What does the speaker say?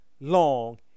long